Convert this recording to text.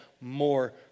more